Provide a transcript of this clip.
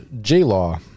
j-law